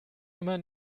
immer